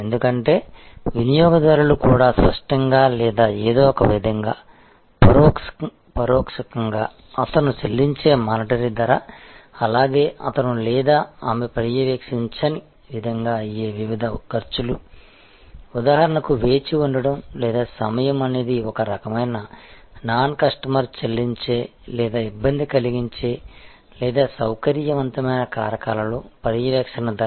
ఎందుకంటే వినియోగదారులు కూడా స్పష్టంగా లేదా ఏదో ఒకవిధంగా పరోక్షంగా అతను చెల్లించే మానిటరీ ధర అలాగే అతను లేదా ఆమె పర్యవేక్షించని విధంగా అయ్యే వివిధ ఖర్చులు ఉదాహరణకు వేచి ఉండడం లేదా సమయం అనేది ఒక రకమైన నాన్ కస్టమర్ చెల్లించే లేదా ఇబ్బంది కలిగించే లేదా సౌకర్యవంతమైన కారకాలలో పర్యవేక్షణ ధర